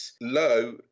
low